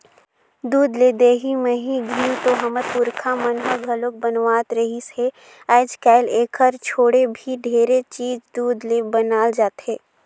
दूद ले दही, मही, घींव तो हमर पूरखा मन ह घलोक बनावत रिहिस हे, आयज कायल एखर छोड़े भी ढेरे चीज दूद ले बनाल जाथे